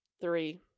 three